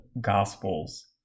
Gospels